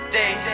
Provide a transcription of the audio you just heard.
day